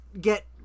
get